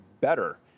better